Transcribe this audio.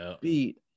beat